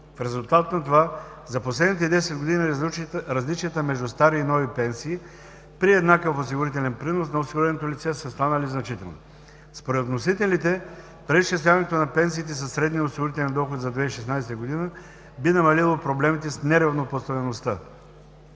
В резултат на това за последните 10 години различията между стари и нови пенсии, при еднакъв осигурителен принос на осигуреното лице, са станали значителни. Според вносителите преизчисляването на пенсиите със средния осигурителен доход за 2016 г. би намалило проблемите с неравнопоставеността.